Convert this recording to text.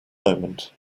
moment